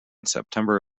september